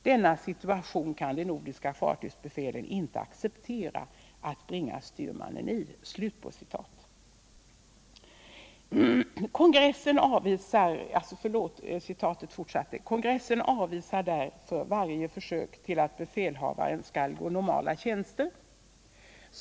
Denna situation kan de nordiska fartygsbefälen inte acceptera att bringa styrmannen i. Kongressen avvisar därför varje försök till att befälhavaren skall gå normala sjövakter.